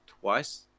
twice